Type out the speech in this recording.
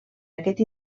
aquest